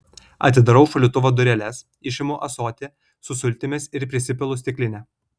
atidarau šaldytuvo dureles išimu ąsotį su sultimis ir prisipilu stiklinę